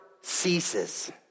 ceases